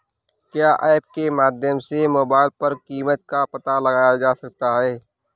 क्या ऐप के माध्यम से मोबाइल पर कीमत का पता लगाया जा सकता है?